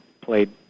played